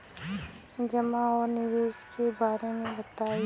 जमा और निवेश के बारे मे बतायी?